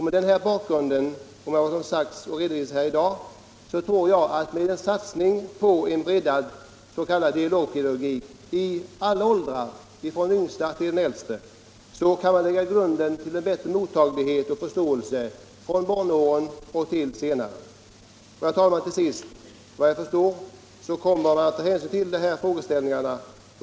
Mot bakgrund av vad som sagts och redovisats här i dag tror jag att man genom en satsning på en breddad s.k. dialogpedagogik i alla åldrar — från den yngste till den äldste — kan lägga grunden för bättre mottaglighet och större förståelse ända från barnaåren och framåt i tiden. Till sist, herr talman! Vi kommer, såvitt jag förstår, att få ta ställning till de här frågorna.